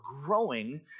growing